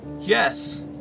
Yes